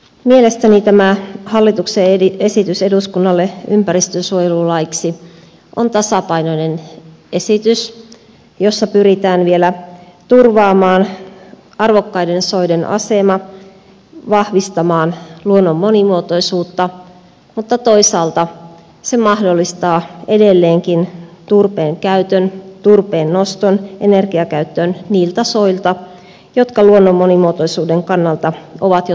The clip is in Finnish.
mielestäni tämä hallituksen esitys eduskunnalle ympäristönsuojelulaiksi on tasapainoinen esitys jossa pyritään vielä turvaamaan arvokkaiden soiden asema vahvistamaan luonnon monimuotoisuutta mutta toisaalta se mahdollistaa edelleenkin turpeen käytön turpeennoston energiakäyttöön niiltä soilta jotka luonnon monimuotoisuuden kannalta ovat jo tuhoutuneet